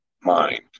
Mind